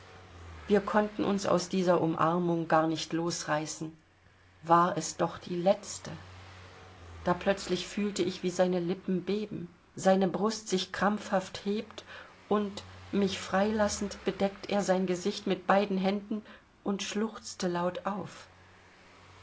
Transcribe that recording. wir konnten uns aus dieser umarmung garnicht losreißen war es doch die letzte da plötzlich fühle ich wie seine lippen beben seine brust sich krampfhaft hebt und mich freilassend bedeckt er sein gesicht mit beiden händen und schluchzt laut auf